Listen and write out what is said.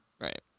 Right